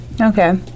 Okay